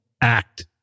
act